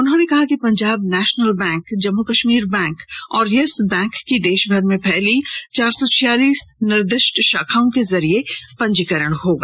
उन्होंने कहा कि Punjab national bank Jammu Kashmir bank और येस बैंक की देशभर में फैली चार सौ छियालिस निर्दिष्ट शाखाओं के जरिए पंजीकरण होगा